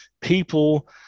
people